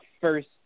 first